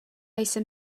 jsem